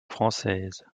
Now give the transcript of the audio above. françaises